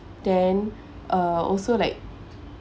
then uh also like